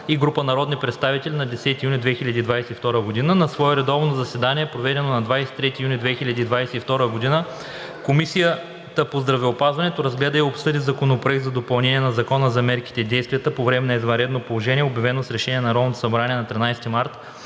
и група народни представители на 10 юни 2022 г. На свое редовно заседание, проведено на 23 юни 2022 г., Комисията по здравеопазването разгледа и обсъди Законопроект за допълнение на Закона за мерките и действията по време на извънредното положение, обявено с решение на Народното събрание от 13 март